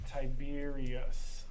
Tiberius